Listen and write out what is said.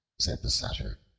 said the satyr,